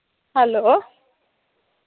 hello